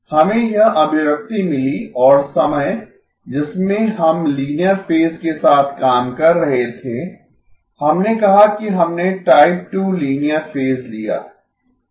हमें यह अभिव्यक्ति मिली और समय जिसमें हम लीनियर फेज के साथ काम कर रहे थे हमने कहा कि हमने टाइप 2 लीनियर फेज लिया